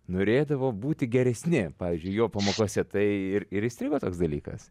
norėdavo būti geresni pavyzdžiui jo pamokose tai ir ir įstrigo toks dalykas